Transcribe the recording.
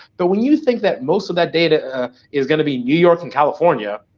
but when you think that most of that data is gonna be new york and california,